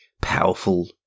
powerful